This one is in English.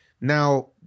Now